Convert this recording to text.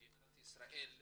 מדינת ישראל,